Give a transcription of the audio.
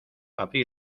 abrí